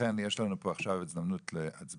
לכן יש לנו פה עכשיו הזדמנות להצביע.